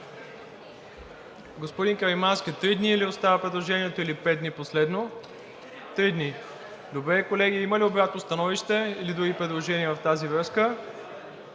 Господин Каримански, три дни ли остава предложението, или пет дни последно? Три дни. Добре, колеги, има ли обратно становище или други предложения в тази връзка?